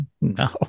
no